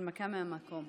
הנמקה מהמקום.